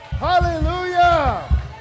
Hallelujah